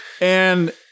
And-